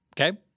Okay